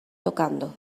tocando